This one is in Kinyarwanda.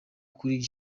kuri